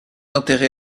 enterré